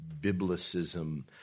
biblicism